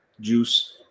juice